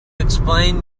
explain